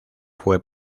fue